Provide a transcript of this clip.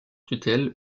tutelle